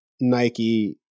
Nike